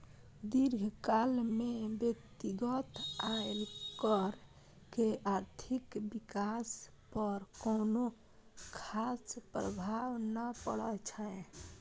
दीर्घकाल मे व्यक्तिगत आयकर के आर्थिक विकास पर कोनो खास प्रभाव नै पड़ै छै